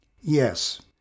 Yes